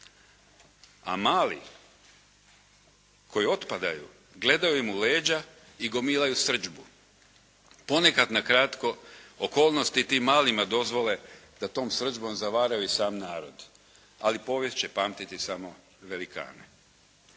a mali koji otpadaju gledaju im u leđa i gomilaju srdžbu, ponekad na kratko okolnosti tim malima dozvole da tom srdžbom zavaraju i sam narod, ali povijest će pamtiti samo velikane.